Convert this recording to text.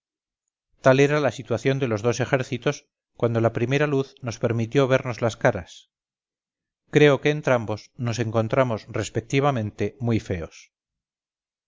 tal era la situación de los dos ejércitos cuando la primera luz nos permitió vernos las caras creo que entrambos nos encontramos respectivamente muy feos